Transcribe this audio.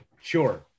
sure